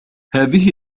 هذه